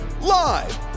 live